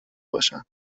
باشن